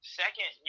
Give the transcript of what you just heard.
second